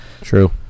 True